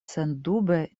sendube